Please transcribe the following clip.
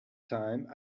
time